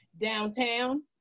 Downtown